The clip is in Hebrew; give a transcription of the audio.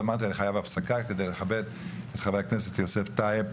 ואמרתי שאני חייב הפסקה כדי לכבד את חבר הכנסת יוסף טייב,